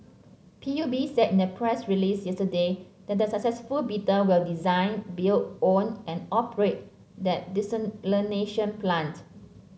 P U B said in a press release yesterday that the successful bidder will design build own and operate the desalination plant